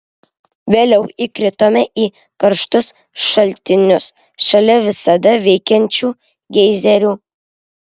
vėliau įkritome į karštus šaltinius šalia visada veikiančių geizerių